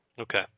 Okay